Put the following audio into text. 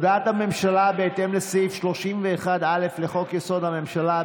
הודעת הממשלה בהתאם לסעיף 31(א) לחוק-יסוד: הממשלה,